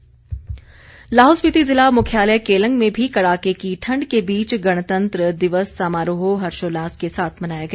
केलंग गणतंत्र दिवस लाहौल स्पीति जिला मुख्यालय केलंग में भी कड़ाके की ठण्ड के बीच गणतंत्र दिवस समारोह हर्षोल्लास के साथ मनाया गया